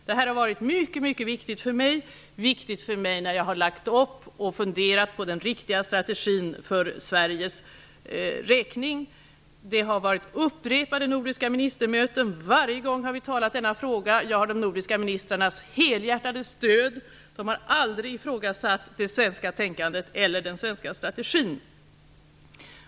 Det här har varit mycket viktigt för mig när jag har funderat på och lagt upp den riktiga strategin för Sveriges räkning. Det har varit upprepade nordiska ministermöten, och varje gång har vi talat om denna fråga. Jag har de nordiska ministrarnas helhjärtade stöd. De har aldrig ifrågasatt det svenska tänkandet eller den svenska strategin.